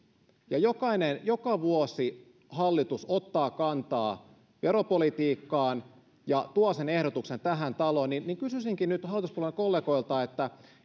joka vuosi hallitus ottaa kantaa veropolitiikkaan ja tuo sen ehdotuksen tähän taloon kysyisinkin nyt hallituspuolueiden kollegoilta